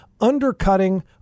undercutting